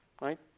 Right